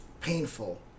painful